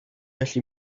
gallu